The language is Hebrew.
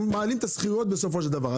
הם מעלים את השכירות בסופו של דבר,